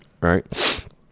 right